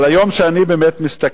אבל היום, כשאני מסתכל,